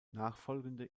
nachfolgende